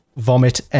Vomit